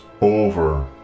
over